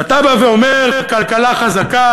ואתה בא ואומר: כלכלה חזקה,